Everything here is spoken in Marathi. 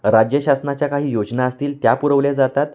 राज्यशासनाच्या काही योजना असतील त्या पुरवल्या जातात